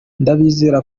ndabizeza